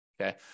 okay